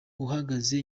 uhagaze